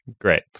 Great